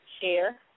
share